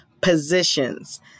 positions